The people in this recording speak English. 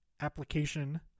application